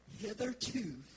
hitherto